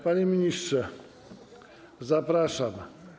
Panie ministrze, zapraszam.